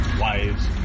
wives